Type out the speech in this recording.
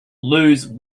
lose